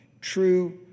true